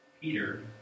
Peter